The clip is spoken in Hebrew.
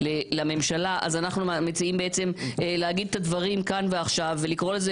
לממשלה אז אנחנו מציעים להגיד את הדברים כאן ועכשיו ולקרוא לזה